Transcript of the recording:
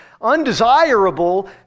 undesirable